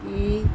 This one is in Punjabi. ਕੀ